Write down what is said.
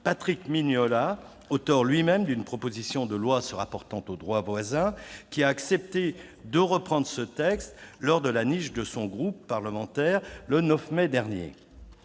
Patrick Mignola, auteur lui-même d'une proposition de loi se rapportant au droit voisin qui a accepté de reprendre le présent texte lors de sa niche parlementaire du 9 mai dernier.